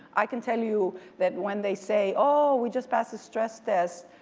i can tell you that when they say, oh we just passed the stress test,